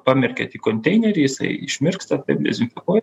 pamerkiat į konteinerį jisai išmirksta taip dezinfekuoja